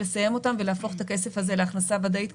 לסיים אותם ולהפוך את הכסף הזה להכנסה ודאית,